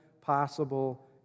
possible